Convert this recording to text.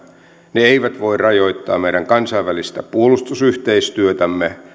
ne eivät voi rajoittaa meidän kansainvälistä puolustusyhteistyötämme